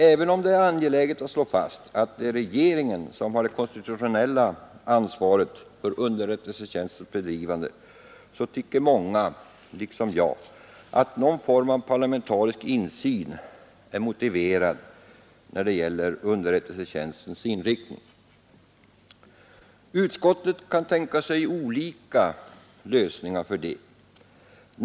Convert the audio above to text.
Även om det är angeläget att slå fast att det är regeringen som har det konstitutionella ansvaret för underrättelsetjänstens bedrivande, tycker många liksom jag att någon form av parlamentarisk insyn är motiverad när det gäller underrättelsetjänstens inriktning. Utskottet kan tänka sig olika lösningar på den punkten.